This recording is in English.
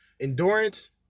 endurance